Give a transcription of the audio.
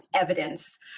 evidence